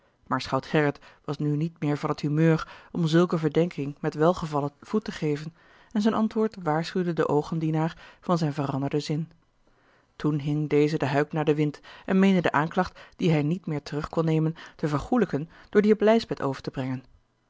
maar schout gerrit was nu niet meer van t humeur om zulke verdenking met welgevallen voet te geven en zijn antwoord waarschuwde den oogendienaar van zijn veranderden zin toen hing deze de huik naar den wind en meende de aanklacht die hij niet meer terug kon nemen te vergoêlijken door die op lijsbeth over te brengen